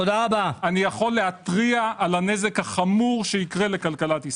אני יכול להתריע על הנזק החמור שיקרה לכלכלת ישראל.